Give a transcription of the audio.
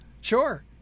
sure